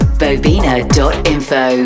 bobina.info